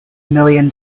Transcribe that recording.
million